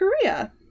korea